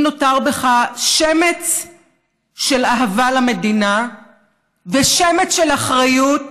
אם נותר בך שמץ של אהבה למדינה ושמץ של אחריות,